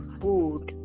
food